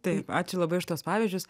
taip ačiū labai už tuos pavyzdžius